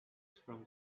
from